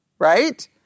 Right